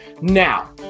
now